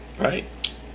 Right